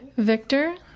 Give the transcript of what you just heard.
victor.